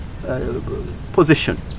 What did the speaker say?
position